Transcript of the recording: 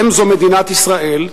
הם זאת מדינת ישראל,